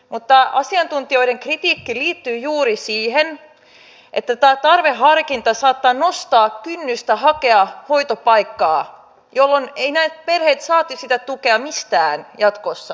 mutta asiantuntijoiden kritiikki liittyy juuri siihen että tämä tarveharkinta saattaa nostaa kynnystä hakea hoitopaikkaa jolloin nämä perheet eivät saa sitä tukea mistään jatkossa